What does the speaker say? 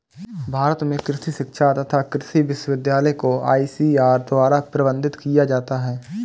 भारत में कृषि शिक्षा तथा कृषि विश्वविद्यालय को आईसीएआर द्वारा प्रबंधित किया जाता है